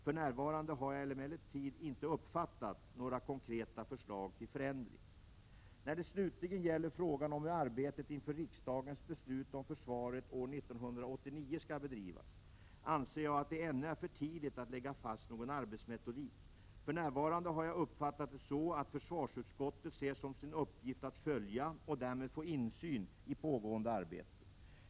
För närvarande har jag emellertid inte uppfattat några konkreta förslag till förändring. När det slutligen gäller frågan om hur arbetet inför riksdagens beslut om försvaret år 1989 skall bedrivas anser jag att det ännu är för tidigt att lägga fast någon arbetsmetodik. För närvarande har jag uppfattat det så att försvarsutskottet ser som sin uppgift att följa, och därmed få insyn i, pågående arbete.